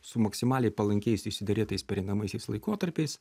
su maksimaliai palankiais išsiderėtais pereinamaisiais laikotarpiais